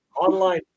online